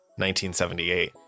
1978